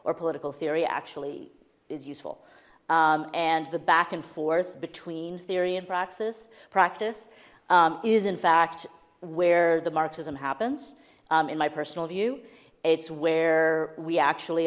or political theory actually is useful and the back and forth between theory and practice practice is in fact where the marxism happens in my personal view it's where we actually